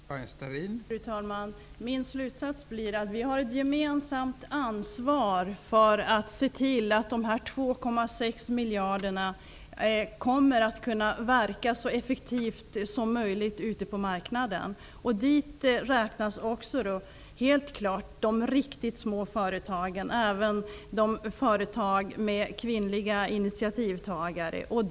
Fru talman! Min slutsats blir att vi har ett gemensamt ansvar att se till att dessa 2,6 miljarder kan verka så effektivt som möjligt ute på marknaden. Dit räknas även de riktigt små företagen, även företag med kvinnliga initiativtagare.